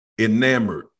enamored